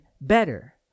better